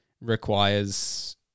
requires